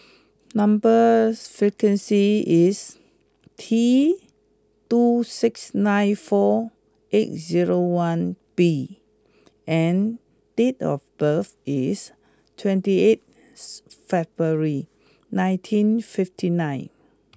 number sequence is T two six nine four eight zero one B and date of birth is twenty eighth February nineteen fifty nine